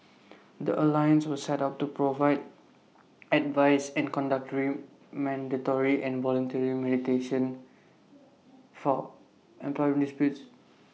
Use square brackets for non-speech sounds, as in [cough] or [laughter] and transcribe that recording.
[noise] the alliance was set up to provide advice and conduct dream mandatory and voluntary mediation for employment disputes